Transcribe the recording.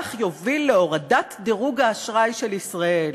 המהלך יוביל להורדת דירוג האשראי של ישראל.